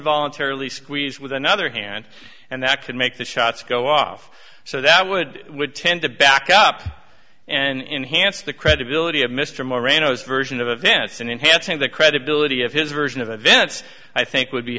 voluntarily squeeze with another hand and that could make the shots go off so that would would tend to back up and enhanced the credibility of mr moreno's version of events and enhancing the credibility of his version of events i think would be